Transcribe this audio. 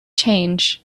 change